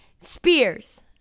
Spears